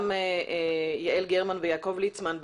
גם יעל גרמן ויעקב ליצמן,